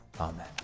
Amen